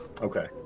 Okay